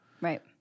Right